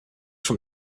from